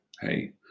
hey